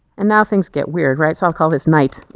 and now things get weird right so i'll call this night